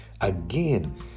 Again